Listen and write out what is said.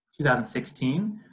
2016